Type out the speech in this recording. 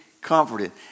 comforted